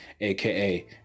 aka